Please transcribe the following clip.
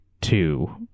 two